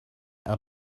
out